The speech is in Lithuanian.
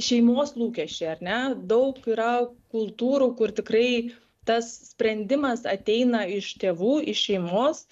šeimos lūkesčiai ar ne daug yra kultūrų kur tikrai tas sprendimas ateina iš tėvų iš šeimos